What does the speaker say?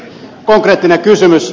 konkreettinen kysymys